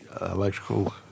electrical